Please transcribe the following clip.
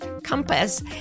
compass